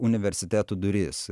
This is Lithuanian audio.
universitetų duris